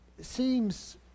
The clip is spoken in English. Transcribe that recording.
seems